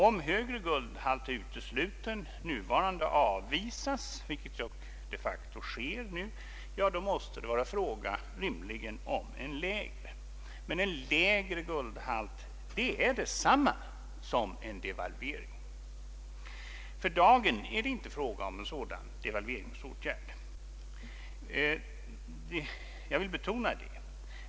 Om högre guldhalt är utesluten och nuvarande guldhalt avvisas, vilket de facto sker nu, måste det rimligen vara fråga om en lägre. Men en lägre guldhalt är detsamma som en devalvering. För dagen är det inte fråga om en sådan devalveringsåtgärd, jag vill betona det.